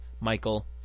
Michael